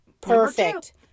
Perfect